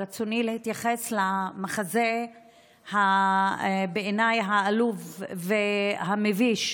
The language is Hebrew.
ברצוני להתייחס למחזה העלוב והמביש,